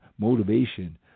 motivation